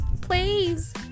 please